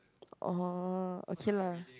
oh okay lah